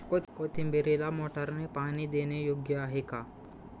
कोथिंबीरीला मोटारने पाणी देणे योग्य आहे का?